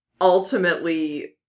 ultimately